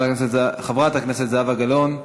חברת הכנסת זהבה גלאון,